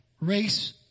race